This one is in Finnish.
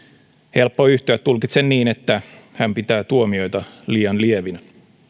helppo yhtyä tulkitsen niin että hän pitää tuomioita liian lievinä